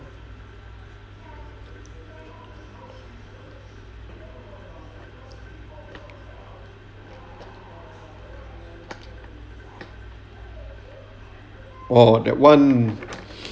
oh that one